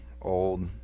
old